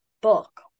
book